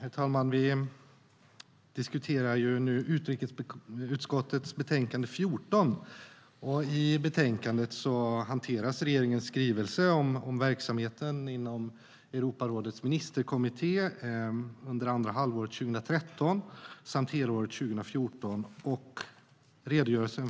Herr talman! Vi diskuterar nu utrikesutskottets betänkande 14. I betänkandet hanteras regeringens skrivelse om verksamheten inom Europarådets ministerkommitté under andra halvåret 2013 och helåret 2014 samt redogörelsen